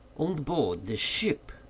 on board this ship?